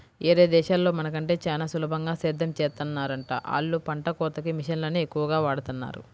యేరే దేశాల్లో మన కంటే చానా సులభంగా సేద్దెం చేత్తన్నారంట, ఆళ్ళు పంట కోతకి మిషన్లనే ఎక్కువగా వాడతన్నారు